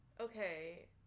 Okay